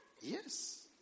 Yes